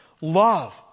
Love